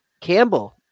Campbell